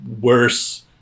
worse